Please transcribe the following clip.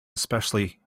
especially